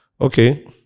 Okay